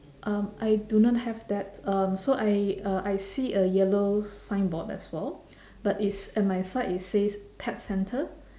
um I do not have that um so I uh I see a yellow signboard as well but it's at my side it says pet centre